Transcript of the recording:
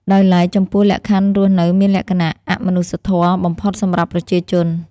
ដោយឡែក ចំពោះលក្ខខណ្ឌរស់នៅមានលក្ខណៈអមនុស្សធម៌បំផុតសម្រាប់ប្រជាជន។